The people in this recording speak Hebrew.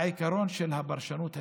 העיקרון של הפרשנות המקיימת.